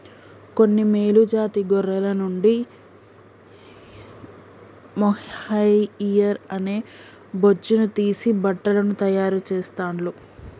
కొన్ని మేలు జాతి గొర్రెల నుండి మొహైయిర్ అనే బొచ్చును తీసి బట్టలను తాయారు చెస్తాండ్లు